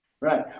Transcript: Right